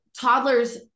toddlers